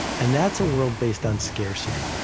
and that's a world based on scarcity.